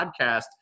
podcast